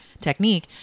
technique